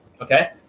Okay